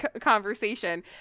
conversation